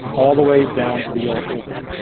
all the way down to the ah oldest.